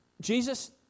Jesus